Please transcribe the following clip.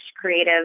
creative